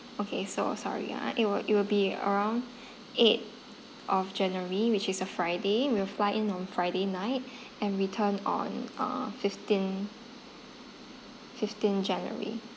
okay so sorry ah it will it will be around eighth of january which is a friday we'll fly in on friday night and return on uh fifteenth fifteenth january